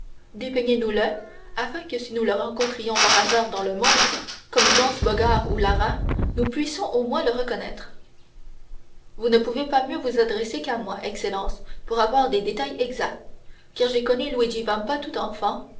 le afin que si nous le rencontrions par hasard dans le monde comme jean sbogar ou lara nous puissions au moins le reconnaître vous ne pouvez pas mieux vous adresser qu'à moi excellence pour avoir des détails exacts car j'ai connu luigi vampa tout enfant